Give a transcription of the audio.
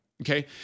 Okay